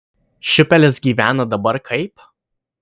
šiupelis gyvena dabar kaip